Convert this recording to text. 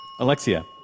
Alexia